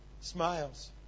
smiles